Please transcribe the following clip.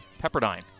Pepperdine